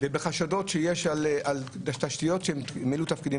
ובחשדות שיש על תשתיות שמילאו תפקידים